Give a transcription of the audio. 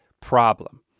problem